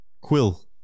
Quill